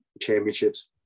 championships